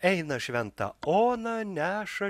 eina šventa ona neša